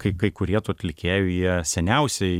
kai kai kurie tų atlikėjų jie seniausiai